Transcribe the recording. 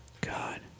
God